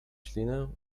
ślinę